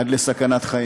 עד לסכנת חיים.